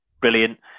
brilliant